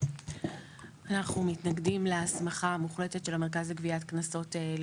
אנחנו מתנגדים להסמכה המוחלטת של המרכז לגביית קנסות.